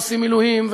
עושים מילואים,